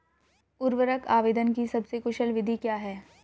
उर्वरक आवेदन की सबसे कुशल विधि क्या है?